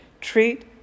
treat